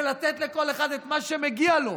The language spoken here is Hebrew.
זה לתת לכל אחד את מה שמגיע לו.